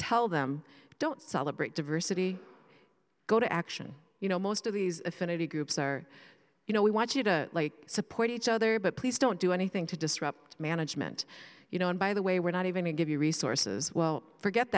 tell them don't celebrate diversity go to action you know most of these affinity groups are you know we want you to support each other but please don't do anything to disrupt management you know and by the way we're not even to give you resources well forget